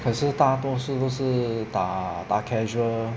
可是大多数都是打打 casual